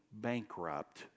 bankrupt